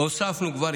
הוספנו כבר,